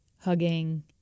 hugging